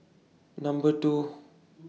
Number two